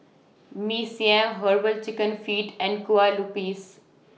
Mee Siam Herbal Chicken Feet and Kueh Lupis